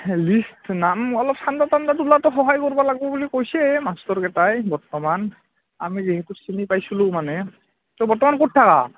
list নাম অলপ চান্দা তান্দা তুলাটো অলপ সহায় কৰব লাগব বুলি কৈছে মাষ্টৰকেইটাই বৰ্তমান আমি যিহেতু চিনি পাইছিলোঁ মানে তো বৰ্তমান ক'ত থাকা